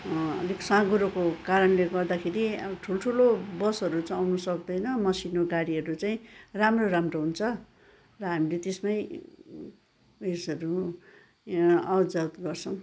अलिक साँघुरोको कारणले गर्दाखेरि ठुल्ठुलो बसहरू चाहिँ आउनु सक्दैन मसिनो गाडीहरू चाहिँ राम्रो राम्रो हुन्छ र हामीले त्यसमै उयसहरू आवतजावत गर्छौँ